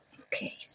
Okay